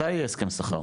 מתי יהיה הסכם שכר?